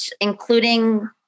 including